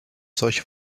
solche